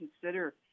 consider